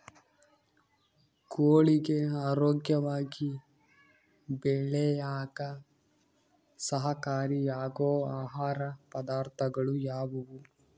ಕೋಳಿಗೆ ಆರೋಗ್ಯವಾಗಿ ಬೆಳೆಯಾಕ ಸಹಕಾರಿಯಾಗೋ ಆಹಾರ ಪದಾರ್ಥಗಳು ಯಾವುವು?